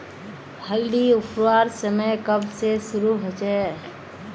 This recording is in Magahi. हल्दी उखरवार समय कब से शुरू होचए?